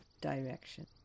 Direction